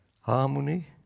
harmony